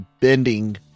bending